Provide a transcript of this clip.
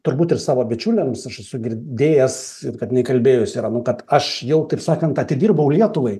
turbūt ir savo bičiuliams aš esu girdėjęs kad jinai kalbėjus yra nu kad aš jau taip sakant atidirbau lietuvai